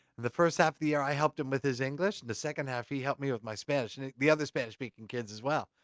the first half of the year i helped him with his english, and the second half he helped me with my spanish. and the other spanish-speaking kids as well.